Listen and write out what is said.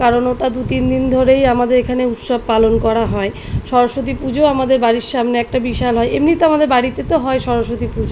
কারণ ওটা দু তিন দিন ধরেই আমাদের এখানে উৎসব পালন করা হয় সরস্বতী পুজোও আমাদের বাড়ির সামনে একটা বিশাল হয় এমনিতে আমাদের বাড়িতে তো হয় সরস্বতী পুজো